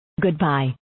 Goodbye